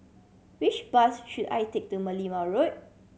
which bus should I take to Merlimau Road